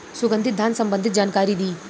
सुगंधित धान संबंधित जानकारी दी?